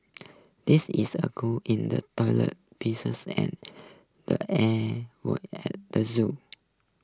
this is a clog in the toilet pieces and the Air Vents at the zoo